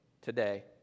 today